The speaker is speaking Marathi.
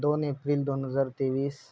दोन एप्रिल दोन हजार तेवीस